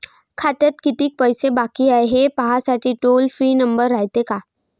खात्यात कितीक पैसे बाकी हाय, हे पाहासाठी टोल फ्री नंबर रायते का?